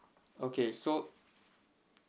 okay so